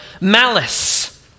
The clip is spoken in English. malice